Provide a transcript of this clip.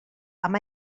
amb